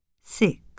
Six